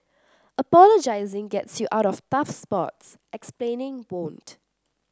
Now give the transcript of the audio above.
apologising gets you out of tough spots explaining won't